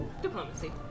Diplomacy